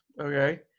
Okay